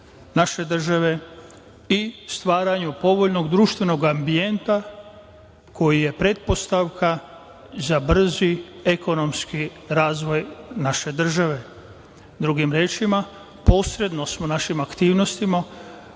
naše države i stvaranju povoljnog društvenoga ambijenta koji je pretpostavka za brzi ekonomski razvoj naše države. Drugim rečima, posredno smo našim aktivnostima